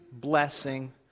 blessing